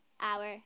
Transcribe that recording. hour